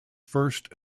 first